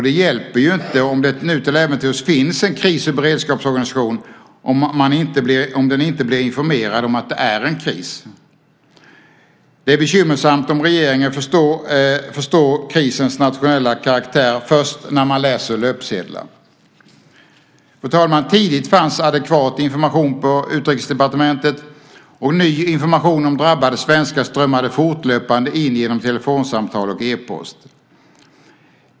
Det hjälper ju inte om det nu till äventyrs finns en kris och beredskapsorganisation, om den inte blir informerad om att det är en kris. Det är bekymmersamt om regeringen förstår krisens nationella karaktär först när man läser löpsedlar. Tidigt fanns adekvat information på Utrikesdepartementet, och ny information om drabbade svenskar strömmade fortlöpande in genom telefonsamtal och e-post.